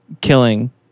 killing